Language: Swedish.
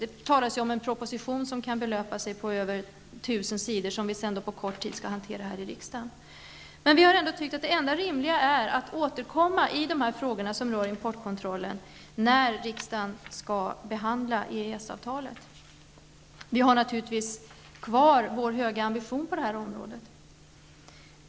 Det talas ju om en proposition som kan belöpa sig på mer än 1 000 s. -- och som vi sedan på kort tid skall hantera här i riksdagen. Men vi har ändå tyckt att det enda rimliga är att återkomma i dessa frågor beträffande importkontrollen när riksdagen skall behandla EES-avtalet. Vi har naturligtvis kvar vår höga ambition på det här området.